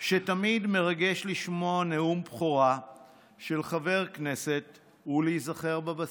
שתמיד מרגש לשמוע נאום בכורה של חבר כנסת ולהיזכר בבסיס,